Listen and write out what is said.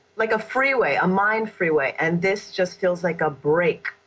like a freeway, a mind freeway. and this just feels like a break.